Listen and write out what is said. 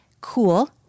Cool